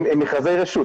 הם מכרזי רשות.